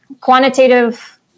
quantitative